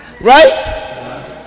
Right